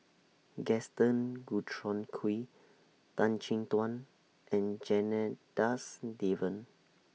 Gaston Dutronquoy Tan Chin Tuan and Janadas Devan